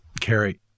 Carrie